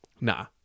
nah